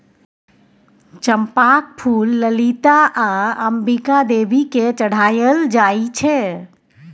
चंपाक फुल ललिता आ अंबिका देवी केँ चढ़ाएल जाइ छै